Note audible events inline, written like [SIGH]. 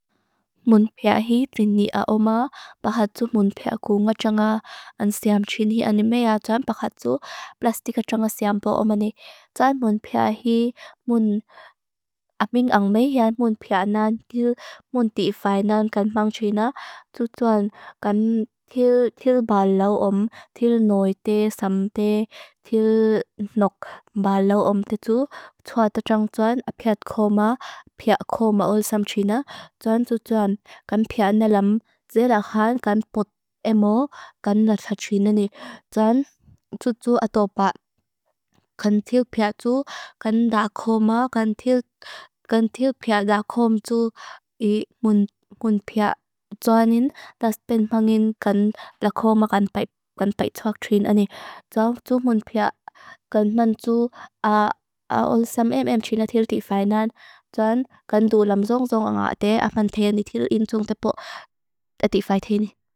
Mun pia hi dinia oma, pahatu mun pia ku ngatjanga an siam chini anime aduan, pahatu plastik adjanga siampo oma ni. Tsai mun pia hi mun [HESITATION] aping angmea ian mun pia nan til mun tifai nan kanpang china. Tsu tuan kan til [HESITATION] balau om, til noi te, sam te, til [HESITATION] nok balau om te tu. Tua tajang tuan a pia koma, pia koma ul sam china. Tuan tsu tuan kan pia nalam dze lakhan, kan pot emo, kan latak china ni. Tuan tsu tu ato pa, [HESITATION] kan til pia tu, kan dakoma, kan til [HESITATION] pia dakom tu i [HESITATION] mun pia tuanin, tas penpangin, kan lakoma, kan [HESITATION] baitak china ni. Tso tsu mun pia kan [HESITATION] man tsu ul sam em em china til tifai nan. Tuan kan du lam dzong dzong a nga te, a man te ni til in dzong tepo, a tifai te ni.